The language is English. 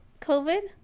COVID